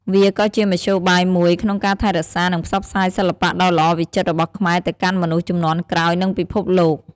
វាក៏ជាមធ្យោបាយមួយក្នុងការថែរក្សា និងផ្សព្វផ្សាយសិល្បៈដ៏ល្អវិចិត្ររបស់ខ្មែរទៅកាន់មនុស្សជំនាន់ក្រោយ និងពិភពលោក។